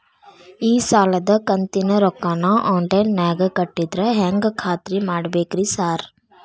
ಈ ಸಾಲದ ಕಂತಿನ ರೊಕ್ಕನಾ ಆನ್ಲೈನ್ ನಾಗ ಕಟ್ಟಿದ್ರ ಹೆಂಗ್ ಖಾತ್ರಿ ಮಾಡ್ಬೇಕ್ರಿ ಸಾರ್?